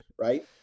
right